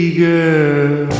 girl